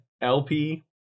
LP